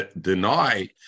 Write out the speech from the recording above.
Deny